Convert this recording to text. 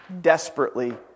desperately